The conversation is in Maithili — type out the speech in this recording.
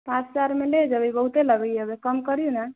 पाँच हजारमे लऽ जेबै बहुते लगैए हबे कम करी नऽ